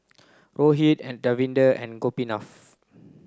Rohit Davinder and Gopinath